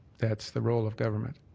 that's the role of government.